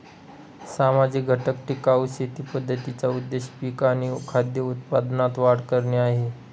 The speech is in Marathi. सामाजिक घटक टिकाऊ शेती पद्धतींचा उद्देश पिक आणि खाद्य उत्पादनात वाढ करणे आहे